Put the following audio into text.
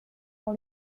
dans